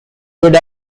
would